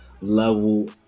level